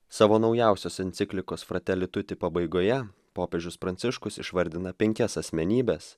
savo naujausios enciklikos fratelituti pabaigoje popiežius pranciškus išvardina penkias asmenybes